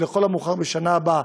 לכל המאוחר בשנה הבאה,